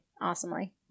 Awesomely